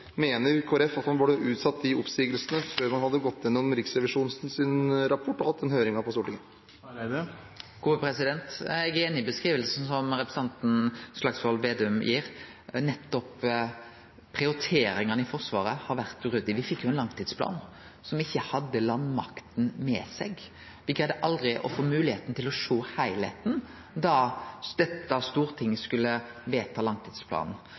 at man burde ha utsatt de oppsigelsene til man hadde gått gjennom Riksrevisjonens rapport og hatt en høring her på Stortinget? Eg er einig i beskrivinga som representanten Slagsvold Vedum gir, om at nettopp prioriteringane i Forsvaret har vore uryddige. Me fekk ein langtidsplan som ikkje hadde landmakta med seg. Me fekk aldri moglegheita til å sjå heilskapen da Stortinget skulle vedta langtidsplanen.